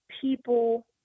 people